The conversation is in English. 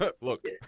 Look